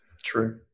True